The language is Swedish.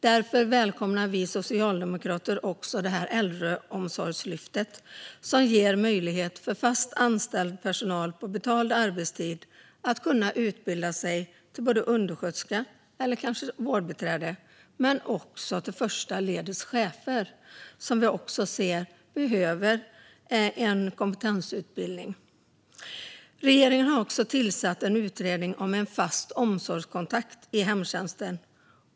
Därför välkomnar vi socialdemokrater Äldreomsorgslyftet, som ger möjlighet för fast anställd personal att på betald arbetstid utbilda sig till undersköterska eller kanske vårdbiträde eller till första ledets chef, som vi också ser behöver en kompetensutbildning. Regeringen har tillsatt en utredning om en fast omsorgskontakt i hemtjänsten.